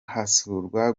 hasurwa